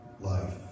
life